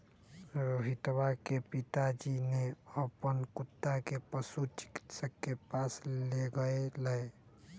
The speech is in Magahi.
रोहितवा के पिताजी ने अपन कुत्ता के पशु चिकित्सक के पास लेगय लय